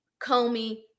Comey